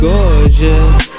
Gorgeous